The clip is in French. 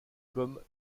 comme